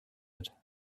and